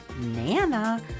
nana